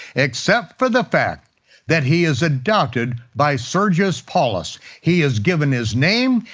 except for the fact that he is adopted by sergius paulus. he is given his name,